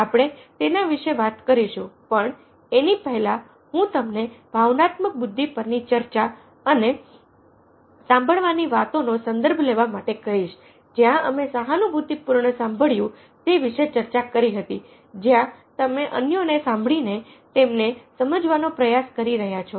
આપણે તેના વિશે વાત કરીશું પણ એની પહેલાં હું તમને ભાવનાત્મક બુદ્ધિ પરની ચર્ચા અને સાંભળવાની વાતોનો સંદર્ભ લેવા માટે કહીશ જ્યાં અમે સહાનુભૂતિપૂર્ણ સાંભળ્યું તે વિશે ચર્ચા કરી હતી જ્યાં તમે અન્યોને સાંભળીને તેમને સમજવાનો પ્રયાસ કરી રહ્યા છો